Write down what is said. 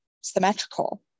symmetrical